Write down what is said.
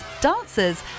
dancers